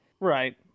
right